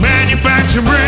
Manufacturing